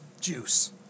juice